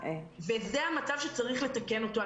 וזה המצב שצריך לתקן אותו.